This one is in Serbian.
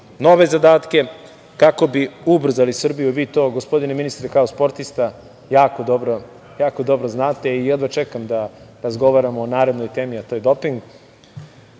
nove zadatke, kako bi ubrzali Srbiju, a vi to gospodine ministre, kao sportista, jako dobro znate i jedva čekam da razgovaramo o narednoj temi, a to je doping,